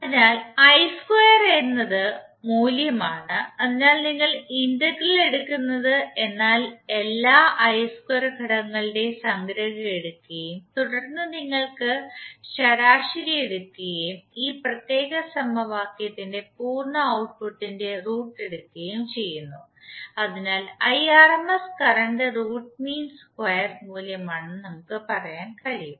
അതിനാൽ എന്നത് സ്ക്വയർ മൂല്യമാണ് അതിനാൽ നിങ്ങൾ ഇന്റഗ്രൽ എടുക്കുന്നു എന്നാൽ എല്ലാ ഘടകങ്ങളുടെയും സംഗ്രഹം എടുക്കുകയും തുടർന്ന് നിങ്ങൾ ശരാശരി എടുക്കുകയും ഈ പ്രത്യേക സമവാക്യത്തിന്റെ പൂർണ്ണ ഔട്ട്പുട്ട്ട്ടിന്റെ റൂട്ട് എടുക്കുകയും ചെയ്യുന്നു അതിനാൽ കറണ്ടിന്റെ റൂട്ട് മീൻ സ്ക്വയർ മൂല്യമാണെന്നു നമ്മുക് പറയാൻ കഴിയും